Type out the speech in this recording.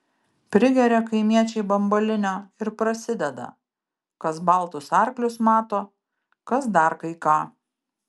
prigeria kaimiečiai bambalinio ir prasideda kas baltus arklius mato kas dar kai ką